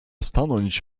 stanąć